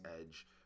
edge